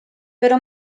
però